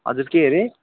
हजुर के अरे